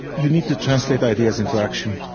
you need to translate ideas into action.